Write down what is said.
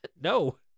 No